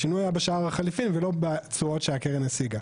השינוי היה בשער החליפין ולא בתשואות שהקרן השיגה.